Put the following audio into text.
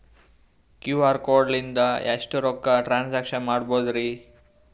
QR code ಲಿಂದ ಎಷ್ಟ ರೊಕ್ಕ ಟ್ರಾನ್ಸ್ಯಾಕ್ಷನ ಮಾಡ್ಬೋದ್ರಿ?